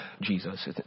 Jesus